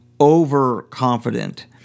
overconfident